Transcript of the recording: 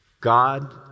God